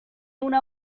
una